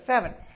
৭ H2O